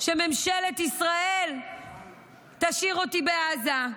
שממשלת ישראל תשאיר אותי בעזה.